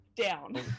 down